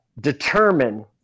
determine